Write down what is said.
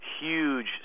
huge